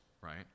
right